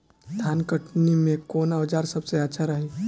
धान कटनी मे कौन औज़ार सबसे अच्छा रही?